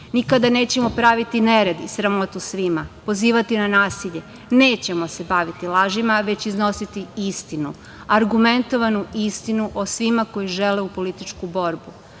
Nikada nećemo praviti nered i sramotu svima, pozivati na nasilje. Nećemo se baviti lažima, već iznositi istinu, argumentovanu istinu o svima koji žele u političku borbu.